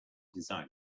design